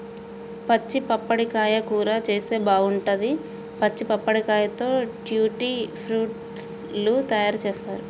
పచ్చి పప్పడకాయ కూర చేస్తే బాగుంటది, పచ్చి పప్పడకాయతో ట్యూటీ ఫ్రూటీ లు తయారు చేస్తారు